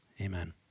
Amen